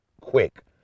quick